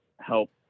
help